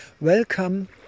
welcome